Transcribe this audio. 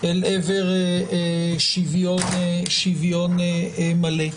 אל עבר שוויון מלא.